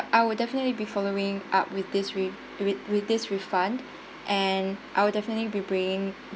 I would definitely be following up with this re~ with with this refund and I will definitely be bringing